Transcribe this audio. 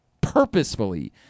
Purposefully